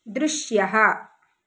दृश्यः